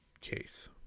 case